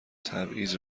تبعیض